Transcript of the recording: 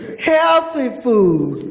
healthy food.